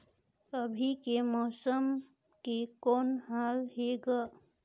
अभी के मौसम के कौन हाल हे ग?